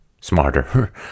smarter